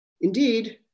Indeed